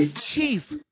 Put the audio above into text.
chief